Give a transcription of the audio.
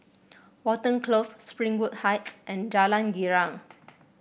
Watten Close Springwood Heights and Jalan Girang